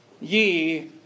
ye